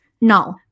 No